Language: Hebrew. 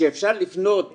שאפשר לפנות ולבקש,